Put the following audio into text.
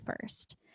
first